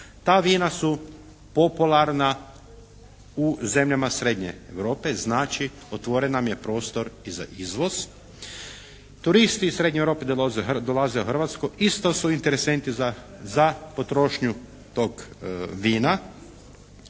Ta vina su popularna u zemljama srednje Europe, znači otvoren nam je prostor i za izvoz. Turisti srednje Europe dolaze u Hrvatsku, isto su interesenti za potrošnju tog vina.